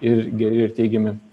ir geri ir teigiami